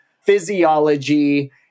physiology